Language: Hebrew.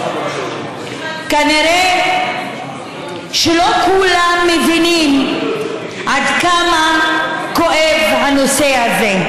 כנראה שלא כולם מבינים עד כמה כואב הנושא הזה.